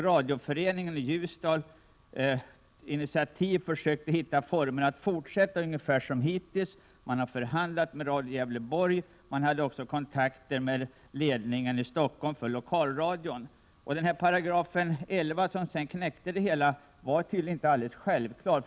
Radioföreningen i Ljusdal tog då ett initiativ till att försöka hitta former för att kunna fortsätta ungefär som förut. Man hade förhandlat med Radio Gävleborg, och man hade också kontakter med ledningen i Stockholm för lokalradion. Tolkningen av 11 §, som sedan satte stopp för det hela, var tydlingen inte alldeles självklar.